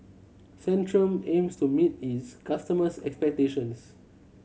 Centrum aims to meet its customers' expectations